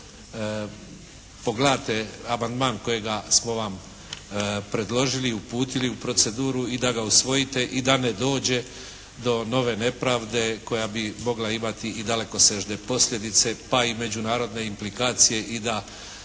pogledate amandman kojega smo vam predložili i uputili u proceduru i da ga usvojite i da ne dođe do nove nepravde koja bi mogla imati i dalekosežne posljedice pa i međunarodne implikacije i da